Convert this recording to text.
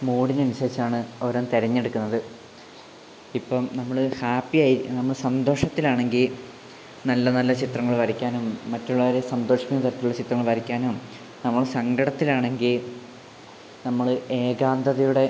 മൂഡിനനുസരിച്ചാണ് ഓരോന്ന് തിരഞ്ഞെടുക്കുന്നത് ഇപ്പം നമ്മൾ ഹാപ്പിയായി നമ്മൾ സന്തോഷത്തിലാണെങ്കിൽ നല്ല നല്ല ചിത്രങ്ങൾ വരയ്ക്കാനും മറ്റുള്ളവരെ സന്തോഷിപ്പിക്കുന്ന തരത്തിലുള്ള ചിത്രങ്ങൾ വരയ്ക്കാനും നമ്മൾ സങ്കടത്തിലാണെങ്കിൽ നമ്മൾ ഏകാന്തതയുടെ